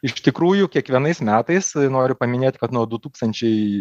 iš tikrųjų kiekvienais metais noriu paminėti kad nuo du tūkstančiai